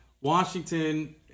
Washington